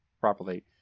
properly